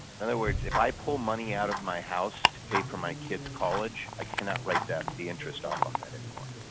in other words, if i pull money out of my house to pay for my kid's college, i cannot write the interest off on that anymore.